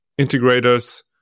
integrators